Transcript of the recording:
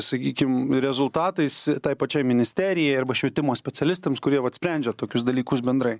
sakykim rezultatais tai pačiai ministerijai arba švietimo specialistams kurie vat sprendžia tokius dalykus bendrai